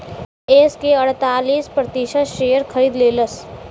yes के अड़तालीस प्रतिशत शेअर खरीद लेलस